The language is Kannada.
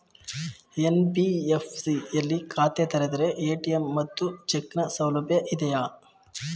ಎನ್.ಬಿ.ಎಫ್.ಸಿ ಯಲ್ಲಿ ಖಾತೆ ತೆರೆದರೆ ಎ.ಟಿ.ಎಂ ಮತ್ತು ಚೆಕ್ ನ ಸೌಲಭ್ಯ ಇದೆಯಾ?